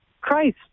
Christ